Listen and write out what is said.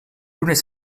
unes